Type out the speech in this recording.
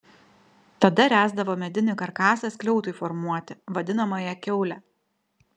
tada ręsdavo medinį karkasą skliautui formuoti vadinamąją kiaulę